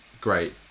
great